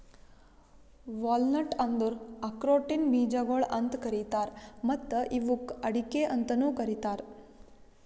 walnut ಅಂದುರ್ ಆಕ್ರೋಟಿನ ಬೀಜಗೊಳ್ ಅಂತ್ ಕರೀತಾರ್ ಮತ್ತ ಇವುಕ್ ಅಡಿಕೆ ಅಂತನು ಕರಿತಾರ್